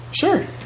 Sure